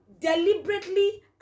Deliberately